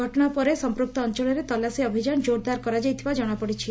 ଘଟଣା ପରେ ସଂପୂକ୍ତ ଅଞଳରେ ତଲାସି ଅଭିଯାନ କୋରଦାର କରାଯାଇଥିବା ଜଣାପଡ଼ିଛି